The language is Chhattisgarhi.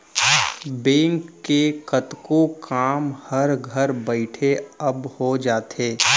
बेंक के कतको काम हर घर बइठे अब हो जाथे